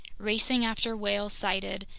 racing after whales sighted,